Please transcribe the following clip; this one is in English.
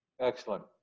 Excellent